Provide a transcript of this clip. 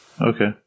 Okay